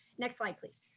next slide, please.